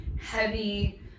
heavy